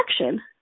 action